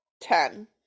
Ten